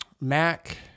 Mac